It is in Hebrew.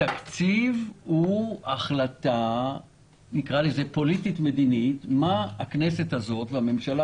התקציב הוא החלטה פוליטית-מדינית מה הכנסת הזאת והממשלה